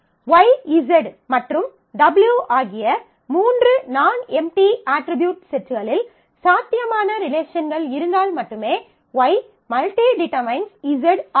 Y Z மற்றும் W ஆகிய 3 நான் எம்டி அட்ரிபியூட் செட்களில் சாத்தியமான ரிலேஷன்கள் இருந்தால் மட்டுமே Y →→ Z ஆகும்